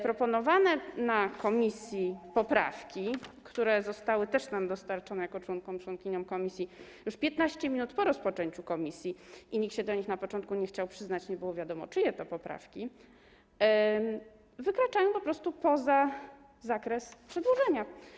Proponowane na posiedzeniu komisji poprawki, które zostały nam dostarczone jako członkom i członkiniom komisji 15 minut po rozpoczęciu komisji - nikt się do nich na początku nie chciał przyznać, nie było wiadomo, czyje to poprawki - wykraczają po prostu poza zakres przedłożenia.